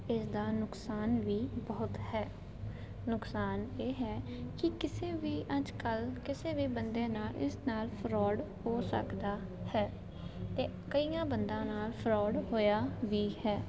ਇਸਦਾ ਨੁਕਸਾਨ ਵੀ ਬਹੁਤ ਹੈ ਨੁਕਸਾਨ ਇਹ ਹੈ ਕਿ ਕਿਸੇ ਵੀ ਅੱਜ ਕੱਲ੍ਹ ਕਿਸੇ ਵੀ ਬੰਦੇ ਨਾਲ ਇਸ ਨਾਲ ਫਰੋਡ ਹੋ ਸਕਦਾ ਹੈ ਅਤੇ ਕਈਆਂ ਬੰਦਿਆਂ ਨਾਲ ਫਰੋਡ ਹੋਇਆ ਵੀ ਹੈ